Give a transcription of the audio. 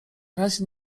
razie